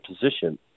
position